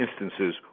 instances